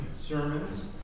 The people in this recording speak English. sermons